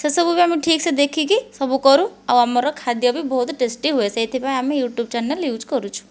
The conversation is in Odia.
ସେସବୁ ବି ଆମେ ଠିକ୍ ସେ ଦେଖିକି ସବୁ କରୁ ଆଉ ଆମର ଖାଦ୍ୟ ବି ବହୁତ ଟେଷ୍ଟି ହୁଏ ସେଥିପାଇଁ ଆମେ ୟୁଟ୍ୟୁବ୍ ଚ୍ୟାନେଲ୍ ୟୁଜ୍ କରୁଛୁ